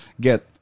get